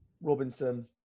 Robinson